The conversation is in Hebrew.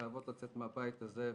שחייבות לצאת מהבית הזה,